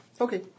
Okay